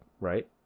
right